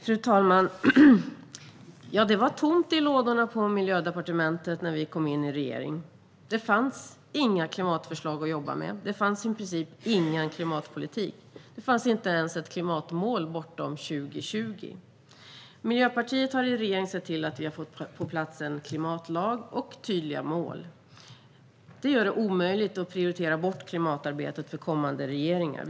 Fru talman! Det var tomt i lådorna på Miljödepartementet när vi kom in i regering. Det fanns inga klimatförslag att jobba med. Det fanns i princip ingen klimatpolitik. Det fanns inte ens ett klimatmål bortom 2020. Miljöpartiet har i regeringen sett till att få på plats en klimatlag och tydliga mål. Det gör det omöjligt att prioritera bort klimatarbetet för kommande regeringar.